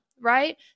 Right